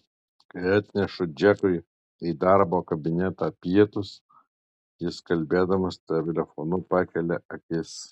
kai atnešu džekui į darbo kabinetą pietus jis kalbėdamas telefonu pakelia akis